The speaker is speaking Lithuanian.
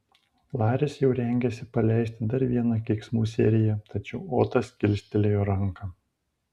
laris jau rengėsi paleisti dar vieną keiksmų seriją tačiau otas kilstelėjo ranką